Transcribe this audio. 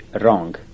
wrong